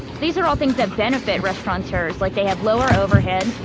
these are all things that benefit restaurateurs, like they have lower overhead,